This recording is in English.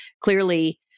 clearly